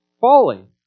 falling